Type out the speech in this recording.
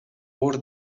оор